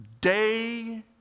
day